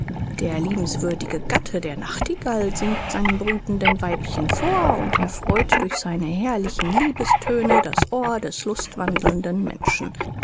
der liebenswürdige gatte der nachtigall singt seinem brütenden weibchen vor und erfreut durch seine herrlichen liebestöne das ohr des lustwandelnden menschen